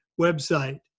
website